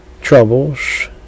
troubles